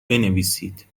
بنویسید